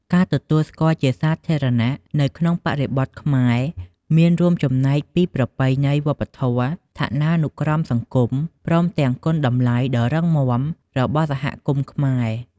ការទទួលស្គាល់ជាសាធារណៈនៅក្នុងបរិបទខ្មែរ មានរួមចំណែកពីប្រពៃណីវប្បធម៌ ឋានានុក្រមសង្គម ព្រមទាំងគុណតម្លៃដ៏រឹងមាំរបស់សហគមន៍ខ្មែរ។